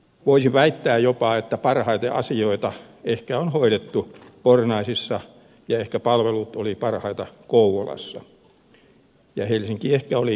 voisi jopa väittää että ehkä parhaiten asioita on hoidettu pornaisissa ja ehkä palvelut olivat parhaita kouvolassa ja helsinki oli ehkä huonoin